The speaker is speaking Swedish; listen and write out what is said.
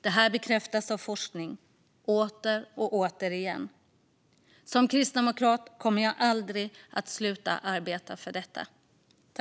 Detta bekräftas av forskning, om och om igen. Som kristdemokrat kommer jag aldrig att sluta arbeta för detta.